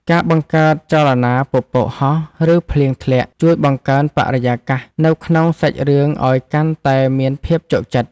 ការបង្កើតចលនាពពកហោះឬភ្លៀងធ្លាក់ជួយបង្កើនបរិយាកាសនៅក្នុងសាច់រឿងឱ្យកាន់តែមានភាពជក់ចិត្ត។